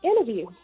interview